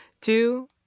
two